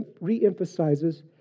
re-emphasizes